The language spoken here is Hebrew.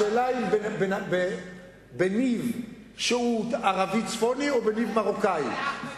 השאלה היא אם בניב שהוא ערבי צפוני או בניב מרוקני.